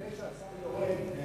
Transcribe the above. לפני שהשר יורד,